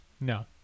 No